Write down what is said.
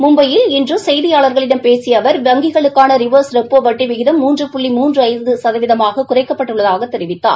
மும்பையில் இன்று செய்தியாளர்களிடம் பேசிய அவர் வங்கிகளுக்கான ரிவர்ஸ் ரெப்போ வட்டி விகிதம் முன்று புள்ளி மூன்று ஐந்து சதவீதமாக குறைக்கப்பட்டுள்ளதாக தெரிவித்தார்